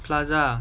plaza